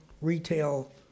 retail